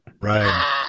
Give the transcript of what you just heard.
Right